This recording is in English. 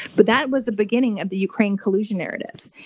but that was the beginning of the ukraine collusion narrative.